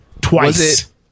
twice